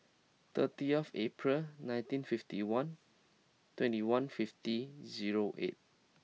thirty of April nineteen fifty one twenty one fifty zero eight